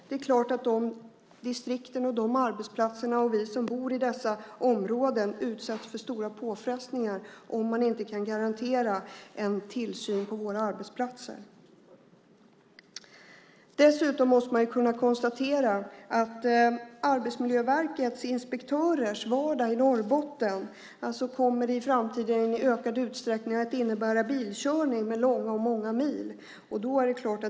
Det är klart att de distrikten, de arbetsplatserna och vi som bor i dessa områden utsätts för stora påfrestningar om man inte kan garantera en tillsyn på våra arbetsplatser. Dessutom kan man konstatera att Arbetsmiljöverkets inspektörers vardag i Norrbotten i framtiden kommer att i ökad utsträckning innebära ökad bilkörning under många och långa mil.